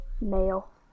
male